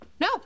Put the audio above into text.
No